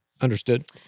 Understood